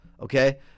okay